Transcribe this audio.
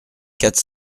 quatre